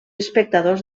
espectadors